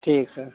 ठीक सर